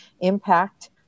impact